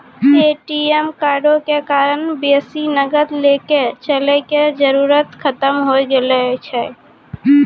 ATM कार्डो के कारण बेसी नगद लैके चलै के जरुरत खतम होय गेलो छै